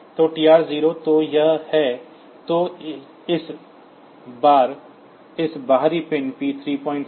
तो टीआर 0 तो यह है तो इस बार इस बाहरी पिन P34